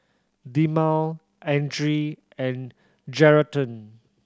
Dilmah Andre and Geraldton